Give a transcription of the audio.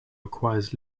requires